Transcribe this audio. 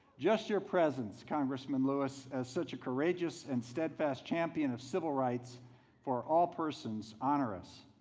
just your presence congressman lewis, as such a courageous and steadfast champion of civil rights for all persons, honor us.